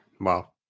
Wow